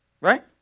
Right